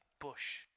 bush